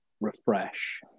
refresh